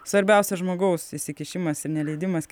svarbiausia žmogaus įsikišimas ir neleidimas